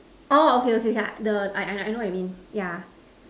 orh okay okay yeah the I I I know what you mean yeah